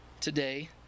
today